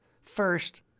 First